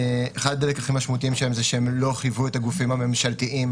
זה שהם לא חייבו את הגופים הממשלתיים